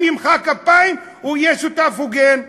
אם ימחא כפיים, הוא יהיה שותף הוגן.